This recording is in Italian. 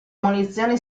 munizioni